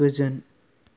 गोजोन